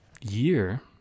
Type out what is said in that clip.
year